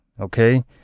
okay